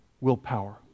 willpower